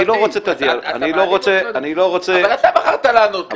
לא רוצה את ה --- אבל אתה בחרת לענות לי.